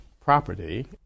property